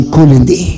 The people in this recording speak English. Kulindi